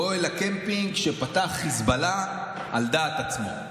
אוהל הקמפינג שפתח חיזבאללה על דעת עצמו.